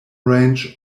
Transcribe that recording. range